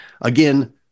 again